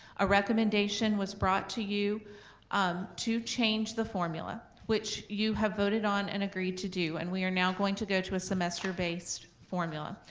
a recommendation was brought to you to change the formula, which you have voted on and agreed to do, and we are now going to go to a semester-based formula.